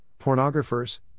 pornographers